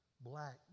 black